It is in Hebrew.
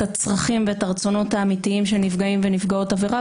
הצרכים ואת הרצונות האמיתיים של נפגעים ונפגעות עבירה,